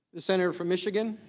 the senator from michigan.